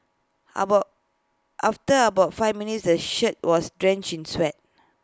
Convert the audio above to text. about after about five minutes the shirt was drenched sweat